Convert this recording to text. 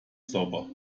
sauber